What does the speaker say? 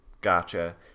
Gotcha